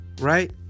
Right